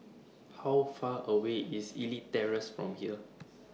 How Far away IS Elite Terrace from here